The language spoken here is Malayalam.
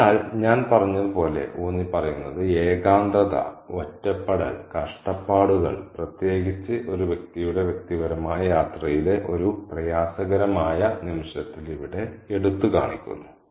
അതിനാൽ ഞാൻ പറഞ്ഞതുപോലെ ഊന്നിപ്പറയുന്നത് ഏകാന്തത ഒറ്റപ്പെടൽ കഷ്ടപ്പാടുകൾ പ്രത്യേകിച്ച് ഒരു വ്യക്തിയുടെ വ്യക്തിപരമായ യാത്രയിലെ ഒരു പ്രയാസകരമായ നിമിഷത്തിൽ ഇവിടെ എടുത്തുകാണിക്കുന്നു